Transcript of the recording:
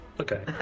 Okay